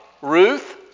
Ruth